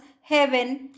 heaven